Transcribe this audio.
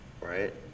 right